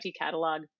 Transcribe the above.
catalog